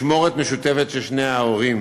משמורת משותפת של שני ההורים,